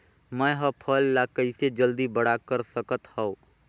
मैं ह फल ला कइसे जल्दी बड़ा कर सकत हव?